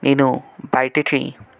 నేను బయటకి